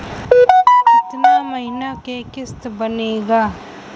कितना महीना के किस्त बनेगा?